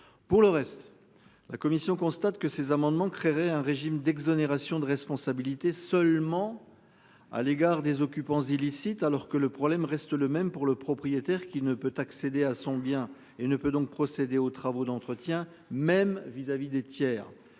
pour le reste. La commission constate que ces amendements créerait un régime d'exonération de responsabilité, seulement à l'égard des occupants illicites alors que le problème reste le même pour le propriétaire qui ne peut accéder à son bien et ne peut donc procéder aux travaux d'entretien même vis-à-vis des tiers.